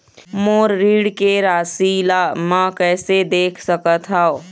मोर ऋण के राशि ला म कैसे देख सकत हव?